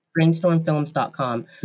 brainstormfilms.com